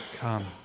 come